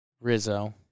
Rizzo